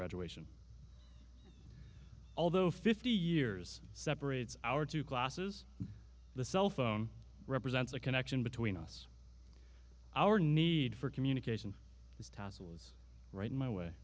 graduation although fifty years separates our two glasses the cell phone represents a connection between us our need for communication is tassels right my way